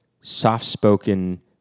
soft-spoken